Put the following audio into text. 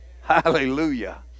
Hallelujah